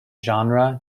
genre